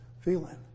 feeling